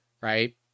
right